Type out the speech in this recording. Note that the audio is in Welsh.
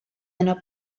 yno